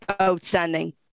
outstanding